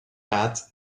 hat